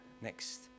Next